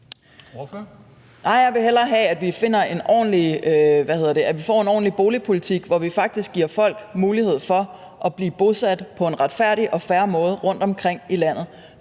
jeg vil hellere have, at vi får en ordentlig boligpolitik, hvor vi faktisk giver folk mulighed for at blive bosat på en retfærdig og fair måde rundtomkring i landet,